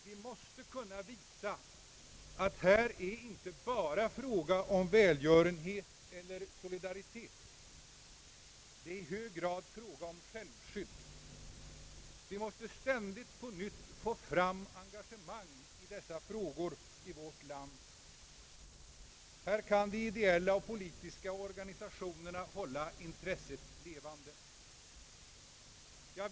Vi måste kunna visa att här är inte bara fråga om välgörenhet eller solidaritet, det är i hög grad fråga om självskydd. Vi måste ständigt på nytt få fram engagemang i dessa frågor i vårt land. Här kan de ideella och politiska organisationerna hålla intresset levande.